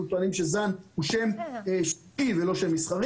אנחנו טוענים שזן הוא שם שיווקי ולא שם מסחרי,